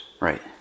right